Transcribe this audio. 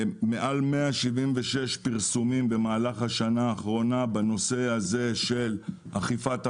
מעל 176 פרסומים במהלך השנה האחרונה בנושא הזה של אכיפת עבירות,